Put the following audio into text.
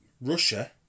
Russia